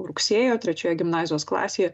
rugsėjo trečioje gimnazijos klasėje